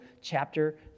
chapter